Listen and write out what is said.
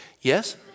Yes